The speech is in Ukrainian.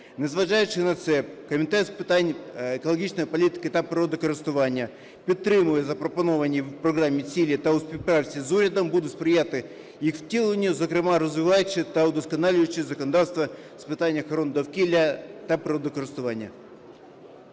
Не зважаючи на це, Комітет з питань екологічної політики та природокористування підтримує запропоновані в програмі цілі та у співпраці з урядом буде сприяти їх втіленню, зокрема розвиваючи та вдосконалюючи законодавство з питань охорони довкілля та природокористування.